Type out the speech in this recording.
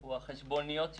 הוא החשבוניות ששולמו.